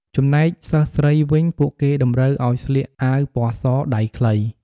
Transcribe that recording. ចំណែកសិស្សស្រីវិញ ពួកគេតម្រូវឲ្យស្លៀកអាវពណ៌ស ដៃខ្លី។